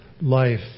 life